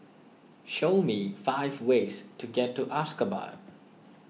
show me five ways to get to Ashgabat